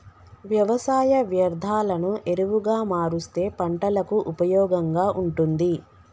వ్యవసాయ వ్యర్ధాలను ఎరువుగా మారుస్తే పంటలకు ఉపయోగంగా ఉంటుంది